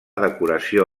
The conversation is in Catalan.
decoració